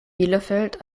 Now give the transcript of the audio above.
bielefeld